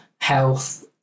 health